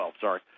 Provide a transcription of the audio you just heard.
sorry